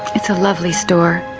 it's a lovely store,